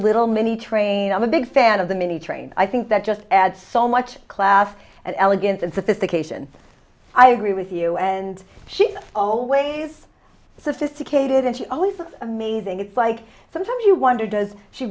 little mini train i'm a big fan of the mini train i think that just adds so much class and elegance and sophistication i agree with you and she's always sophisticated and she always looks amazing it's like sometimes you wonder does she